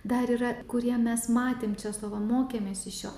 dar yra kurie mes matėm česlovą mokėmės iš jo